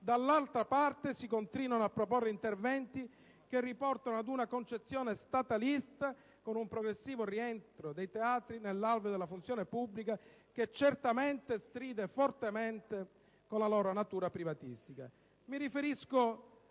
dall'altra parte si continuano a proporre interventi che riportano ad una concezione statalista con un progressivo rientro dei teatri nell'alveo della funzione pubblica che certamente stride fortemente con la loro natura privatistica. Mi riferisco